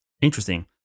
interesting